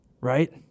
right